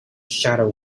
shadow